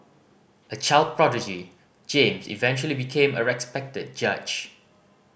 a child prodigy James eventually became a respected judge